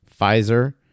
Pfizer